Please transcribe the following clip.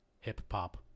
Hip-hop